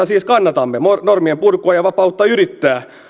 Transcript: siis kannatamme normien purkua ja vapautta yrittää